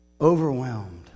overwhelmed